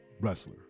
Wrestler